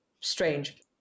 strange